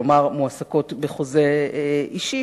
כלומר מועסקות בחוזה אישי,